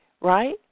right